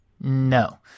No